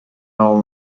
all